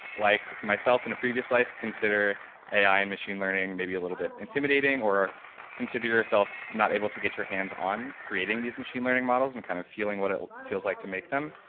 like myself in a previous life, consider ai and machine learning maybe a little bit intimidating or consider yourself not able to get your hands on creating these machine learning models and kinds kind of feeling what it feels like to make them,